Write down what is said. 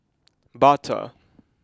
Bata